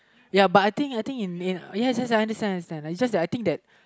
ya but I think I think in ya I understand I understand it's just that I think that